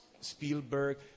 Spielberg